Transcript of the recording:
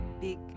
big